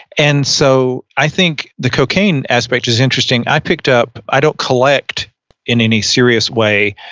and so, i think the cocaine aspect is interesting. i picked up i don't collect in any serious way,